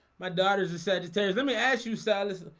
my daughters are said to tears let me ask you silas,